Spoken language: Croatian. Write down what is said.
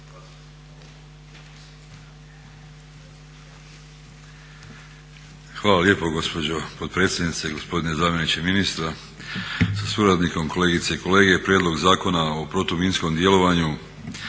Hvala lijepo gospođo potpredsjednice i gospodine zamjeniče ministra sa suradnikom, kolegice i kolege. Prijedlog Zakona o protuminskom djelovanju,